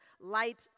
light